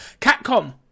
Capcom